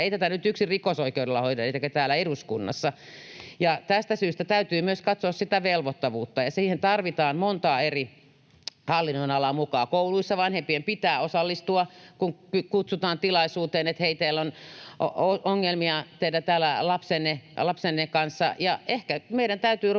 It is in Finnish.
ei tätä nyt yksin rikosoikeudella eikä täällä eduskunnassa hoideta. Tästä syystä täytyy myös katsoa sitä velvoittavuutta, ja siihen tarvitaan monta eri hallinnonalaa mukaan. Kouluissa vanhempien pitää osallistua, kun kutsutaan tilaisuuteen, että hei, täällä on ongelmia teidän lapsenne kanssa. Ja ehkä meidän täytyy ruveta